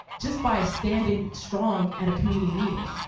just by standing strong at a community meeting.